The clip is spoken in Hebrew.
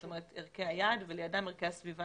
זאת אומרת, ערכי היעד ולידם ערכי הסביבה